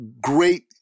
great